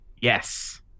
Yes